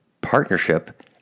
partnership